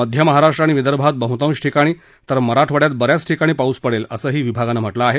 मध्य महाराष्ट्र आणि विदर्भात बहतांश ठिकाणी तर मराठवाडयात ब याच ठिकाणी पाऊस पडेल असंही विभागानं म्हटलं आहे